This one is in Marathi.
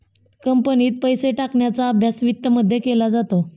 कंपनीत पैसे टाकण्याचा अभ्यास वित्तमध्ये केला जातो